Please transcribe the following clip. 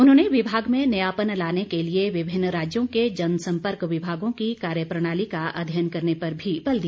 उन्होंने विभाग में नयापन लाने के लिए विभिन्न राज्यों के जनसम्पर्क विभागों की कार्य प्रणाली का अध्ययन करने पर भी बल दिया